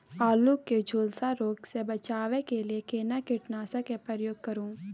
आलू के झुलसा रोग से बचाबै के लिए केना कीटनासक के प्रयोग करू